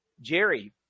Jerry